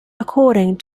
according